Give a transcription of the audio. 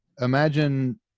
imagine